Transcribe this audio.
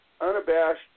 unabashed